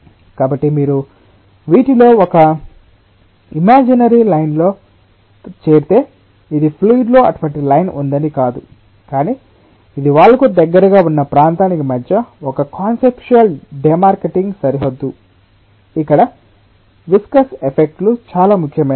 కాబట్టి మీరు వీటిలో ఒక ఇమ్యాజనరి లైన్ తో చేరితే ఇది ఫ్లూయిడ్ లో అటువంటి లైన్ ఉందని కాదు కానీ ఇది వాల్ కు దగ్గరగా ఉన్న ప్రాంతానికి మధ్య ఒక కాన్సెప్టుయల్ డెమార్కెటింగ్ సరిహద్దు ఇక్కడ విస్కస్ ఎఫెక్ట్ లు చాలా ముఖ్యమైనవి